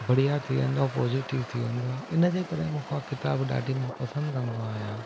बढ़िया थी वेंदो आहे पॉज़िटिव थी वेंदो आहे इन जे करे मां किताबु उहा ॾाढी पसंदि कंदो आहियां